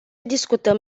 discutăm